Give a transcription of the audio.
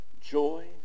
joy